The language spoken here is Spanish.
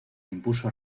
impuso